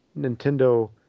Nintendo